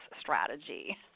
strategy